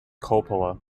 coppola